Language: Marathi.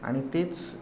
आणि तेच